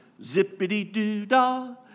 zippity-doo-dah